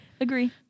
Agree